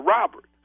Robert